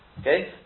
Okay